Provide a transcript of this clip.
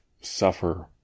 suffer